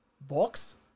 box